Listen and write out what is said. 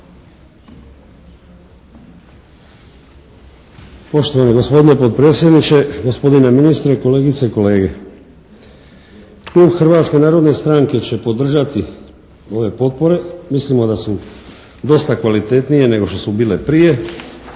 Poštovani gospodine potpredsjedniče, gospodine ministre, kolegice i kolege! Klub Hrvatske narodne stranke će podržati ove potpore. Mislimo da su dosta kvalitetnije nego što su bile prije